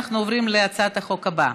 אנחנו עוברים להצעת החוק הבאה,